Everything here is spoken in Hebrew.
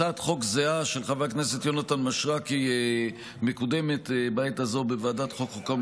הצעת חוק זהה של חבר הכנסת יונתן מישרקי מקודמת בעת הזו בוועדת החוקה,